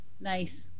Nice